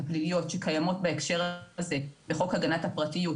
הפליליות שקיימות בהקשר הזה בחוק הגנת הפרטיות,